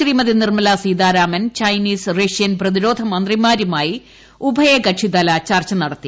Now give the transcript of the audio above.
Shrimati Nirmala Sitharaman Chinese Russian പ്രതിരോധ മന്ത്രിമാരുമായി ഉഭയകക്ഷിതല ചർച്ച നടത്തി